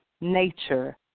nature